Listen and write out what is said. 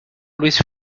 luis